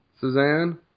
Suzanne